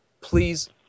please